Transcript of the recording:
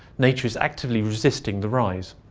nature is actively resisting the rise!